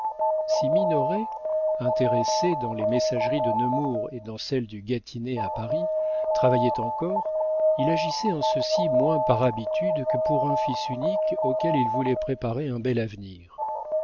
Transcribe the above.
si minoret intéressé dans les messageries de nemours et dans celles du gâtinais à paris travaillait encore il agissait en ceci moins par habitude que pour un fils unique auquel il voulait préparer un bel avenir